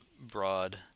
broad